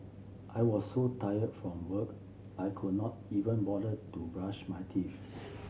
I was so tired from work I could not even bother to brush my teeth